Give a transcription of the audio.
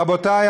רבותי,